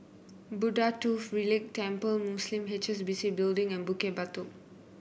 Buddha Tooth Relic Temple Museum H S B C Building and Bukit Batok